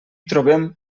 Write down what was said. trobem